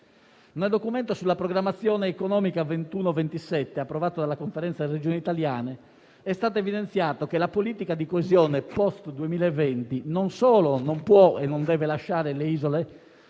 Nel documento sulla programmazione economica 2021-2027, approvato dalla Conferenza delle Regioni italiane, è stata evidenziata che la politica di coesione *post* 2020 non solo non può e non deve lasciare le isole,